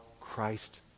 Christ